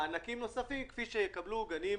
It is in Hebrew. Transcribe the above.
גם מענקים נוספים כפי שיקבלו גנים